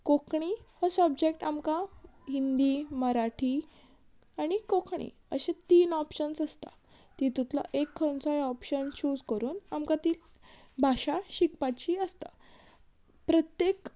कोंकणी हो सब्जॅक्ट आमकां हिंदी मराठी आनी कोंकणी अशें तीन ऑप्शन्स आसता तितुंतलो एक खंयचोय ऑप्शन चूज कोरून आमकां ती भाशा शिकपाची आसता प्रत्येक